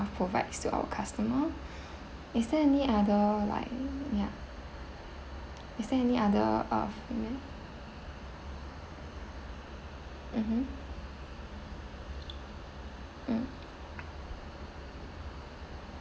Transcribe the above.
provides to our customer is there any other like ya is there any other uh mmhmm mm